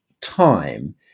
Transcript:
time